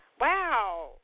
wow